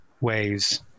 Ways